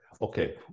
Okay